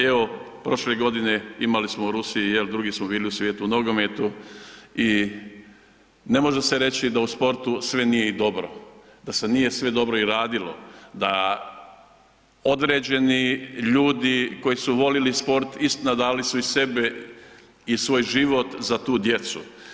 Evo prošle godine imali smo u Rusiji, jel drugi smo bili u svijetu u nogometu i ne može se reći da u sportu sve nije i dobro, da se nije sve dobro i radilo, da određeni ljudi koji su volili sport, istina dali su i sebe i svoj život za tu djecu.